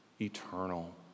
eternal